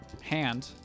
hand